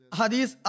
hadis